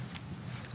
כן.